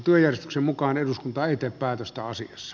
työjärjestyksen mukaan eduskunta ei tee päätöstä olisi jos